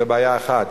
זו בעיה אחת.